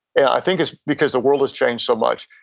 i think it's because the world has changed so much.